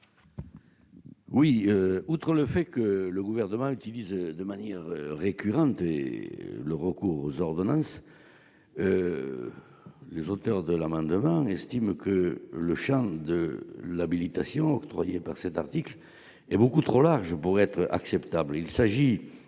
183. Outre le fait que le Gouvernement recourt de manière récurrente aux ordonnances, les auteurs de l'amendement estiment que le champ de l'habilitation prévue à cet article est beaucoup trop large pour être acceptable.